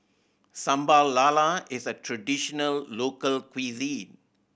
Sambal Lala is a traditional local cuisine